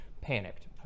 Panicked